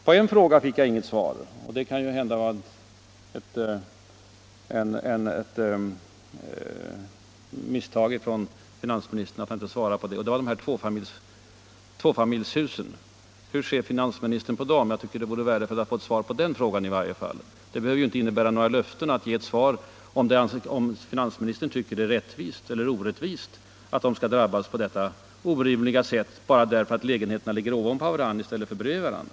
Det kan hända att det berodde på ett förbiseende att finansministern inte svarade på frågan om tvåfamiljshusen. Hur ser finansministern på dem? Jag tycker att det vore värdefullt att få ett svar i varje fall på | den frågan. Det behöver ju inte innebära några löften att redovisa om finansministern tycker att det är rättvist eller orättvist att de skall drabbas bara därför att lägenheterna ligger ovanpå varandra i stället för bredvid varandra.